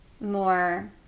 more